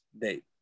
date